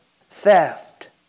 theft